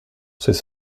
ces